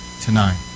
tonight